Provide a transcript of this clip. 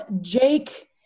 Jake